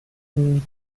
une